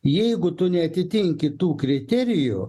jeigu tu neatitinki tų kriterijų